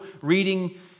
reading